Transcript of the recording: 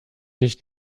nicht